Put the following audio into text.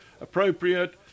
appropriate